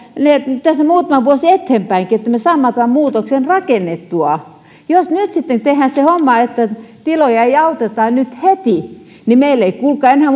tästä muutama vuosi eteenpäinkin niin että me saamme tämän muutoksen rakennettua jos nyt sitten tehdään se homma että tiloja ei auteta nyt heti niin meillä ei kuulkaa enää